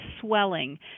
swelling